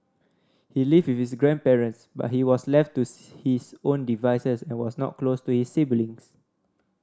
he lived with his grandparents but he was left to his own devices and was not close to his siblings